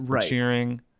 Cheering